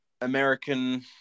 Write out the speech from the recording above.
American